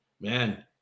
man